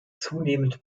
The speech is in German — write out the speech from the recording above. zunehmend